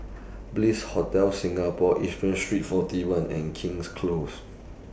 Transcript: Bliss Hotel Singapore Yishun Street forty one and King's Close